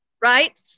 right